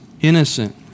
innocent